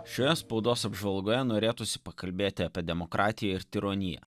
šioje spaudos apžvalgoje norėtųsi pakalbėti apie demokratiją ir tironija